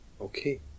Okay